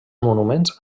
monuments